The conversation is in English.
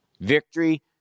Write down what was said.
Victory